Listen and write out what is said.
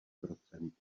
procent